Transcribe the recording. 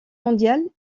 mondiale